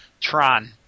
Tron